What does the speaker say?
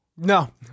No